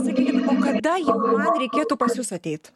sakykit o kada jau man reikėtų pas jus ateit